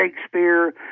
Shakespeare